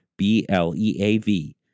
BLEAV